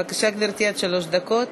בבקשה, גברתי, עד שלוש דקות.